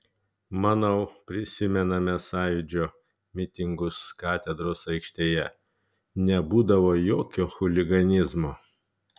manau prisimename sąjūdžio mitingus katedros aikštėje nebūdavo jokio chuliganizmo